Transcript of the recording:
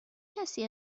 کسی